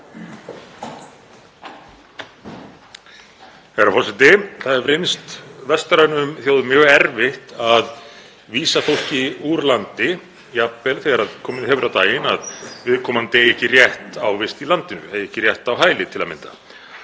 Herra forseti. Það hefur reynst vestrænum þjóðum mjög erfitt að vísa fólki úr landi, jafnvel þegar komið hefur á daginn að viðkomandi eigi ekki rétt á vist í landinu, eigi ekki rétt á hæli til að mynda,